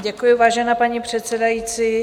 Děkuji, vážená paní předsedající.